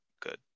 good